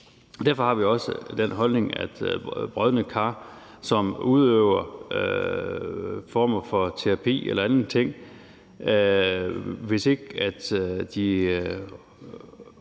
Derfor har vi også den holdning, at hvis brodne kar, som udøver former for terapi eller andre ting, ikke